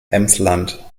emsland